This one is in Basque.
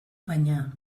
baina